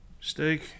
Steak